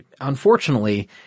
unfortunately